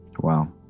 Wow